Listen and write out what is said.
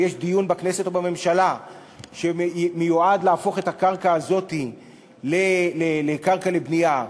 ויש דיון בכנסת או בממשלה שמיועד להפוך את הקרקע הזאת לקרקע לבנייה,